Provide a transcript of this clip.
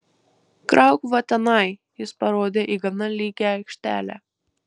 krauk va tenai jis parodė į gana lygią aikštelę